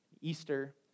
Easter